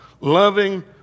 loving